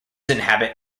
inhabit